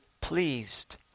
pleased